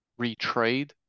retrade